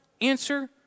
answer